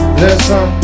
listen